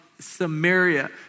Samaria